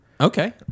Okay